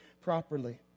properly